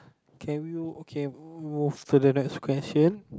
can we can can we move to the next question